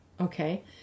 Okay